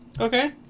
Okay